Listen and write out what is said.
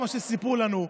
כמו שסיפרו לנו,